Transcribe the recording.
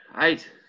Eight